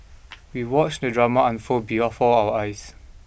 we watched the drama unfold before our eyes